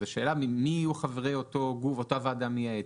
אז השאלה מי יהיו חברי אותה ועדה מייעצת.